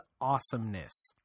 awesomeness